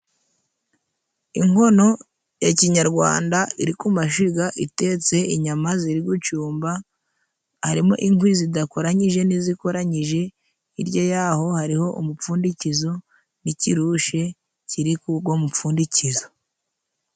Inkono ya kinyarwanda iri kumashiga itetse inyama ziri gucumba. Harimo inkwi zidakoranyije n'izikoranyije, hirya y'aho hariho umupfundikizo n'ikirushe kiri ku go mupfundikizo.